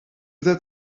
that